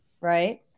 right